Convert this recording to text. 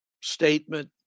statement